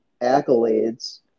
accolades